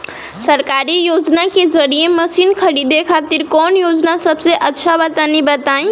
सरकारी योजना के जरिए मशीन खरीदे खातिर कौन योजना सबसे अच्छा बा तनि बताई?